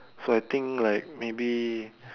so I think like maybe